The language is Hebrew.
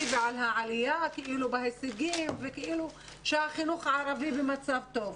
ועל העלייה בהישגים וכאילו שהחינוך הערבי במצב טוב.